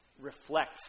reflect